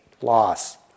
loss